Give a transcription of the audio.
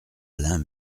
alain